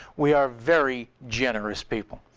we are very generous people.